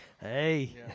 Hey